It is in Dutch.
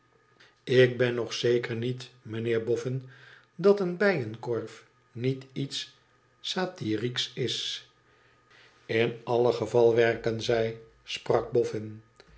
ik ben nog zoo zeker niet mijnheer boffin dat een bijenkorf niet iets satirieks is in alle geval werken zij sprak boffin